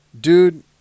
dude